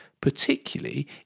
particularly